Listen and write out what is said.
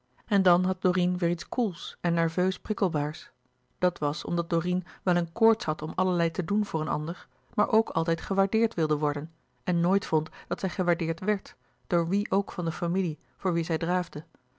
en dan had dorine weêr iets koels en nerveus prikkelbaars dat was omdat dorine wel een koorts had om allerlei te doen voor een ander maar ook altijd gewaardeerd wilde worden en nooit vond dat zij gewaardeerd werd door wie ook van de familie voor wie zij draafde